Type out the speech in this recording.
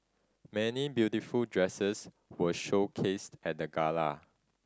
many beautiful dresses were showcased at the gala